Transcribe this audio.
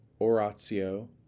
oratio